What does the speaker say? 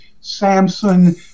Samson